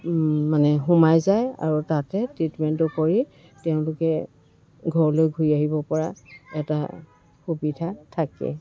মানে সোমাই যায় আৰু তাতে ট্ৰিটমেণ্টটো কৰি তেওঁলোকে ঘৰলৈ ঘূৰি আহিব পৰা এটা সুবিধা থাকে